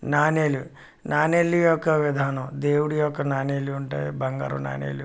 నాణేలు నాణేలు యొక్క విధానం దేవుడు యొక్క నాణేలు ఉంటాయి బంగారు నాణేలు